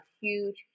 huge